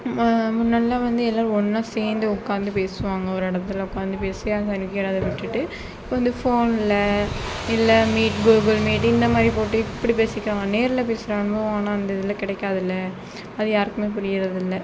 முன்னாடியெலாம் வந்து எல்லாமே வந்து ஒன்றா சேர்ந்து உக்காந்து பேசுவாங்க ஒரு இடத்துல உக்காந்து பேசி அதெல்லாம் விட்டுட்டு இந்த ஃபோனில் இல்லை மீட் கூகுள் மீட் இந்த மாதிரி போட்டு இப்படி பேசிக்க நேரில் பேசுகிற அனுபவம் ஆனால் இந்த இதில் கிடைக்காதுல அது யாருக்குமே புரிகிறது இல்லை